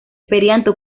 perianto